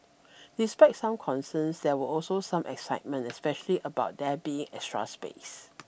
despite some concerns there were also some excitement especially about there being extra space